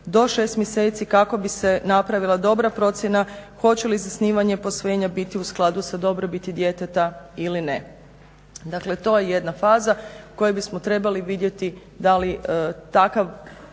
do 6 mjeseci kako bi se napravila dobra procjena hoće li zasnivanje posvojenja biti u skladu sa dobrobiti djeteta ili ne. Dakle, to je jedna faza u kojoj bismo trebali vidjeti da li takav